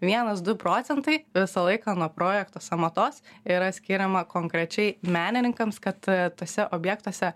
vienas du procentai visą laiką nuo projekto sąmatos yra skiriama konkrečiai menininkams kad e tuose objektuose